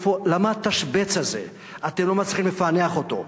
למה התשבץ הזה, אתם לא מצליחים לפענח אותו?